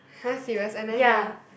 !huh! serious I never hear